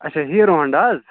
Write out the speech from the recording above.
اَچھا Hero Honda حظ